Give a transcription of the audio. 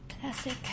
Classic